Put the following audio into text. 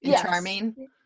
charming